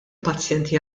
pazjenti